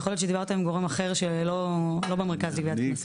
יכול להיות שדיברת עם גורם אחר שלא במרכז לגביית כספים.